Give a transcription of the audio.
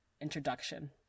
introduction